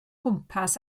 gwmpas